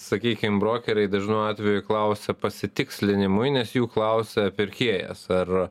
sakykim brokeriai dažnu atveju klausia pasitikslinimui nes jų klausia pirkėjas ar